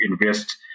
invest